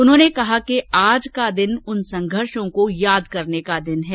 उन्होंने कहा कि आज का दिन उन संघर्षो को याद करने का दिन है